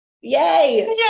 Yay